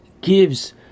gives